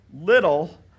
little